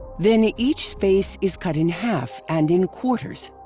then ah each space is cut in half and in quarters.